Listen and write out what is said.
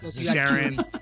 Sharon